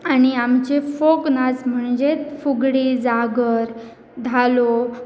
आनी आमचे फोक नाच म्हणजे फुगडी जागर धालो